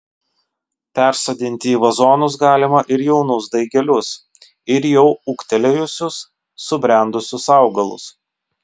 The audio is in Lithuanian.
persodinti į vazonus galima ir jaunus daigelius ir jau ūgtelėjusius subrendusius augalus